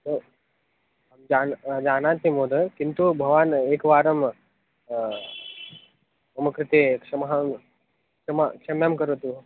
न अहं जाने जानामि महोदय किन्तु भवान् एकवारं मम कृते क्षमा क्षमा क्षमा करोति भो